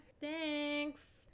Thanks